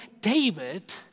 David